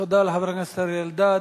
תודה לחבר הכנסת אריה אלדד.